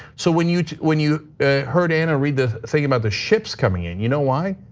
so when you when you ah heard ana read the thing about the ships coming in, you know why?